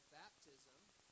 baptism